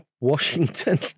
Washington